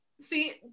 see